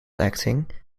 acting